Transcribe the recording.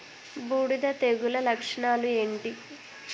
బూడిద తెగుల లక్షణాలు ఏంటి?